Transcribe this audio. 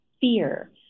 fear